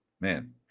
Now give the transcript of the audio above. man